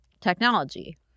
technology